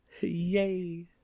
Yay